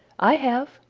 i have,